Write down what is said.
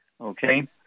okay